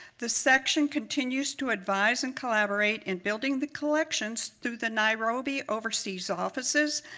the section continues to advise and collaborate in building the collections through the nairobi overseas offices,